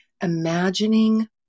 Imagining